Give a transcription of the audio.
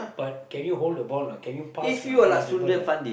but can you hold the ball a not can you pass a not can you dribble lah